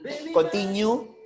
continue